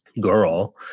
girl